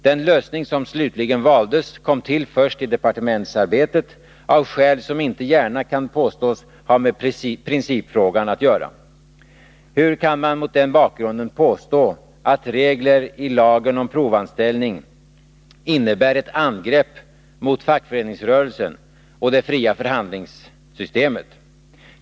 Den lösning som slutligen valdes kom till först i departementsarbetet, av skäl som inte gärna kan påstås ha med principfrågan att göra. Hur kan man mot den bakgrunden påstå att regler i lagen om provanställning innebär ett angrepp mot fackföreningsrörelsen och det fria förhandlingssystemet?